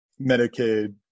Medicaid